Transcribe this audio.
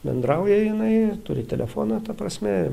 bendrauja jinai turi telefoną ta prasme